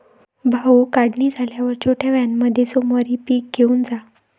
भाऊ, काढणी झाल्यावर छोट्या व्हॅनमध्ये सोमवारी पीक घेऊन जा